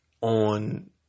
on